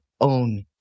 own